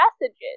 messages